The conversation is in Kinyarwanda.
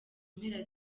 mpera